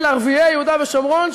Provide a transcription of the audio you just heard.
של ערביי יהודה ושומרון,